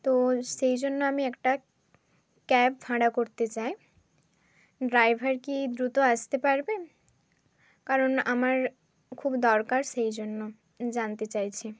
তো সেই জন্য আমি একটা ক্যাব ভাড়া করতে চাই ড্রাইভার কি দ্রুত আসতে পারবেন কারণ আমার খুব দরকার সেই জন্য জানতে চাইছি